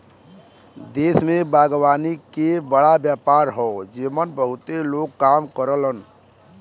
देश में बागवानी के बड़ा व्यापार हौ जेमन बहुते लोग काम करलन